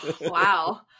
Wow